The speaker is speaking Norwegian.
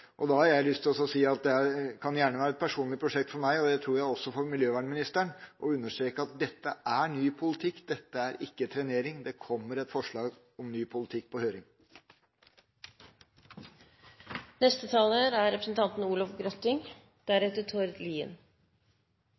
området. Da har jeg lyst til å si: Det kan gjerne være et personlig prosjekt for meg – og også for miljøvernministeren, tror jeg – å understreke at dette er ny politikk, dette er ikke trenering, det kommer et forslag om ny politikk på høring. Mange har etterlyst hvor Senterpartiet er